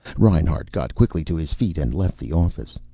reinhart got quickly to his feet and left the office.